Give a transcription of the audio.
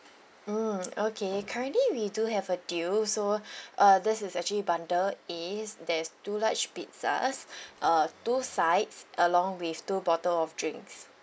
mm okay currently we do have a deal so uh this is actually bundle A there's two large pizzas uh two sides along with two bottle of drinks